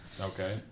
Okay